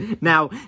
Now